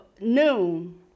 noon